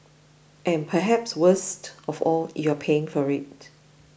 and perhaps worst of all you are paying for it